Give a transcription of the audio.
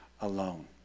alone